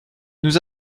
nous